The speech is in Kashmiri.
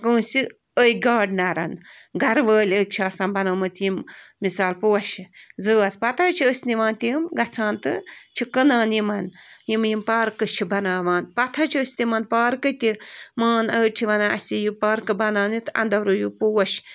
کٲنٛسہِ أکۍ گاڈنرن گَرٕ وٲلۍ أکۍ چھِ آسان بَنومُت یِم مِثال پوشہِ زٲژ پتہٕ حظ چھِ أسۍ نِوان تِم گَژھان تہٕ چھِ کٕنان یِمن یِمہٕ یِم پارکہٕ چھِ بَناوان پتہٕ حظ چھِ أسۍ تِمن پارکہٕ تہِ مان أڑۍ چھِ وَنان اَسہِ یِیو پاکہٕ بَناونہِ تہٕ اَنٛدو رُوِو پوش